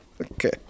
Okay